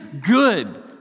good